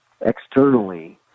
Externally